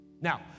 Now